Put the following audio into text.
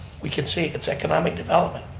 we could say it's economic development.